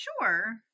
sure